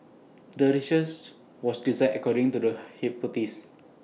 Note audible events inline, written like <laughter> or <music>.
the research was designed according to the <noise> hypothesis